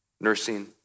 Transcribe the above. nursing